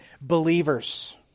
believers